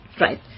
Right